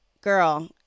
girl